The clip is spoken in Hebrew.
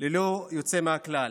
ללא יוצא מהכלל.